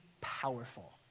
powerful